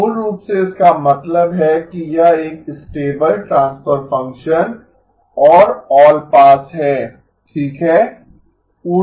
तो मूल रूप से इसका मतलब है कि यह एक स्टेबल ट्रांसफर फंक्शन और ऑलपास है ठीक है